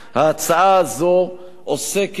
ההצעה הזאת עוסקת,